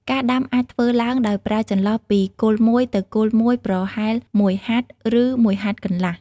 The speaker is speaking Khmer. ការដាំអាចធ្វើឡើងដោយប្រើចន្លោះពីគល់មួយទៅគល់មួយប្រហែលមួយហត្ថ ឬមួយហត្ថកន្លះ។